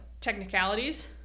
technicalities